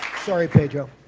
sorry pedro